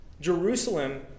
Jerusalem